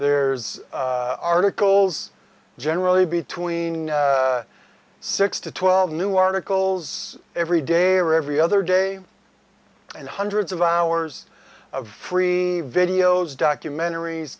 there's articles generally between six to twelve new articles every day or every other day and hundreds of hours of free videos documentaries